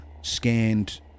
scanned